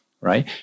right